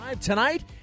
Tonight